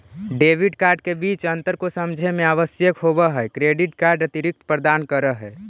Debit card के बीच अंतर को समझे मे आवश्यक होव है क्रेडिट कार्ड अतिरिक्त प्रदान कर है?